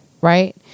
Right